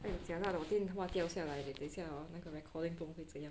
!aiyo! jialat hor 电话掉下来 leh 等下那个 recording 不懂会怎样